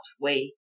wait